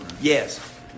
yes